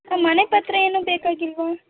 ನಮ್ಮ ಮನೆಪತ್ರ ಏನೂ ಬೇಕಾಗಿಲ್ಲವಾ